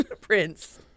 Prince